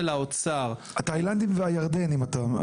התאילנדים והירדנים אתה מתכוון.